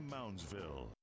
Moundsville